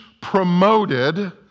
promoted